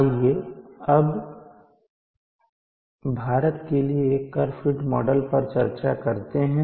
आइए अब भारत के लिए एक कर्व फिट मॉडल पर चर्चा करते हैं